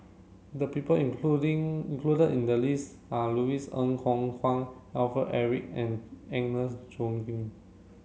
the people including included in the list are Louis Ng Kok Kwang Alfred Eric and Agnes Joaquim